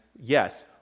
yes